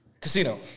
Casino